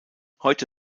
heute